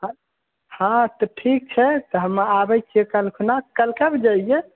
हँ हँ तऽ ठीक छै तऽ हम आबै छियै काल्हि खुना काल्हि कए बजे अइयै